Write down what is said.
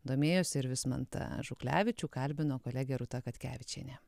domėjosi ir vismantą žuklevičių kalbino kolegė rūta katkevičienė